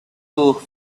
could